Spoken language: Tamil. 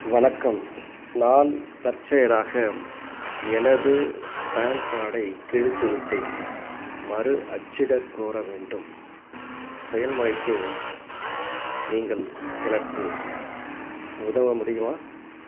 வணக்கம் நான் தற்செயலாக எனது பான் கார்டை கிழித்துவிட்டேன் மறு அச்சிடக் கோர வேண்டும் செயல்முறைக்கு நீங்கள் எனக்கு உதவ முடியுமா